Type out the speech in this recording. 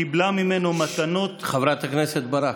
קיבלה ממנו מתנות, ששש, חברת הכנסת ברק.